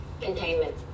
Containment